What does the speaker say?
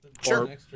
Sure